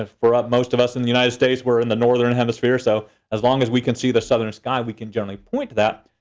ah for ah most of us in the united states, we're in the northern hemisphere, so as long as we can see the southern sky, we can generally point that.